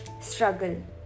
struggle